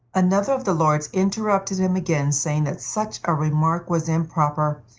another of the lords interrupted him again, saying that such a remark was improper,